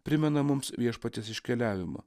primena mums viešpaties iškeliavimą